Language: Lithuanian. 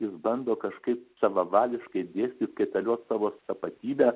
jis bando kažkaip savavališkai dėstyt kaitaliot savo tapatybę